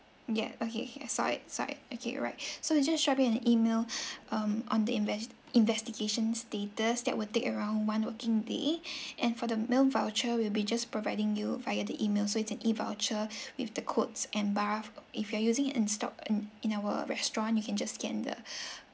ya okay K I saw it saw it okay alright so I just drop you an email um on the inves~ investigation status that will take around one working day and for the meal voucher we'll be just providing you via the email so it's an e voucher with the codes and bar if you are using in store in in our restaurant you can just scan the